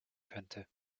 könnte